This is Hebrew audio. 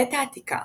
העת העתיקה